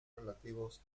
relativos